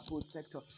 protector